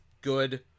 Good